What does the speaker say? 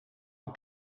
een